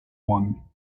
one